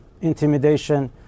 intimidation